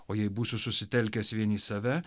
o jei būsiu susitelkęs vien į save